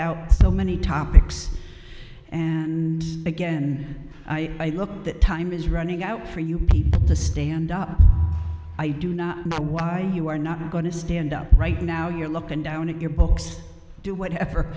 out so many topics and again i look that time is running out for you to stand up i do not know why you are not going to stand up right now you're looking down at your books do whatever